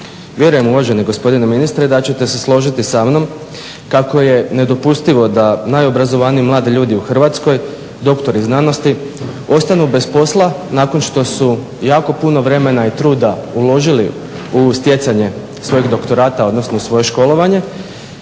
Vjerujem gospodine ministre da ćete se složiti sa mnom kako je nedopustivo da najobrazovaniji mladi ljudi u Hrvatskoj, doktori znanosti ostanu bez posla nakon što su jako puno vremena i truda uložili u stjecanje svojeg doktorata odnosno svoje školovanje.